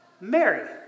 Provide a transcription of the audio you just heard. Mary